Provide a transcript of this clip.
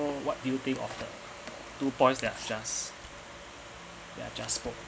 so what do you think of the two points they're just they're just spoke